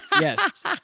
Yes